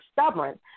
stubborn